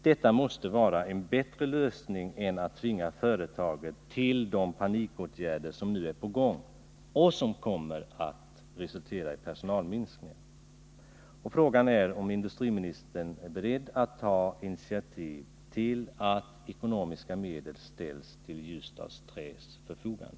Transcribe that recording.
Det måste vara en bättre lösning än att tvinga företaget till de panikåtgärder som nu är på gång och som kommer att resultera i personalminskningar. Frågan är om industriministern är beredd att ta initiativ till att ekonomiska medel ställs till Ljusdals Träs förfogande.